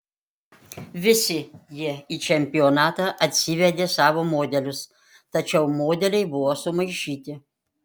visi jie į čempionatą atsivedė savo modelius tačiau modeliai buvo sumaišyti